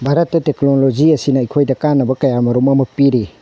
ꯚꯥꯔꯠꯇ ꯇꯦꯛꯅꯣꯂꯣꯖꯤ ꯑꯁꯤꯅ ꯑꯩꯈꯣꯏꯗ ꯀꯥꯟꯅꯕ ꯀꯌꯥ ꯃꯔꯨꯝ ꯑꯃ ꯄꯤꯔꯤ